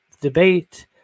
debate